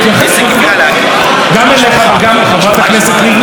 חברת הכנסת לבני ייצגה את כל האופוזיציה בדברים שלה.